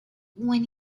when